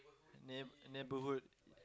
neigh neighbourhood